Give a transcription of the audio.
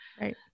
Right